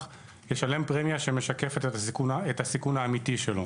ישלם פרמיה שמשקפת את הסיכון האמיתי שלו.